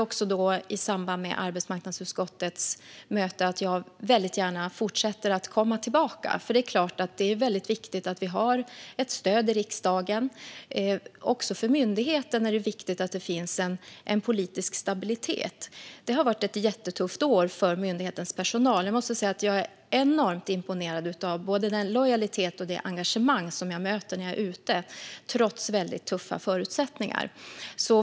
I samband med arbetsmarknadsutskottets möte nämnde jag också att jag gärna fortsätter att komma tillbaka. Det är viktigt att vi har ett stöd i riksdagen. Det är också för myndigheten viktigt att det finns en politisk stabilitet. Det har varit ett jättetufft år för myndighetens personal. Jag är enormt imponerad av både den lojalitet och det engagemang som jag möter när jag är ute, trots tuffa förutsättningar.